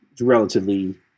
relatively